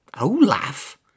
Olaf